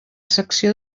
secció